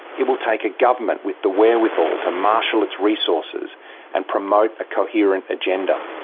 it will take a government with the wherewithal to marshal its resources and promote a coherent agenda.